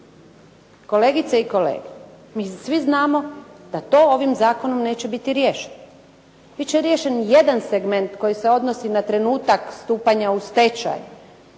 Kolegice i kolege mi svi znamo da to ovim zakonom neće biti riješeno. Bit će riješen jedan segment koji se odnosi na trenutak stupanja u stečaj,